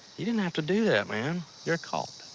you didn't have to do that, man. you're caught.